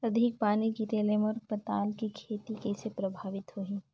अधिक पानी गिरे ले मोर पताल के खेती कइसे प्रभावित होही?